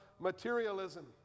materialism